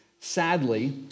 Sadly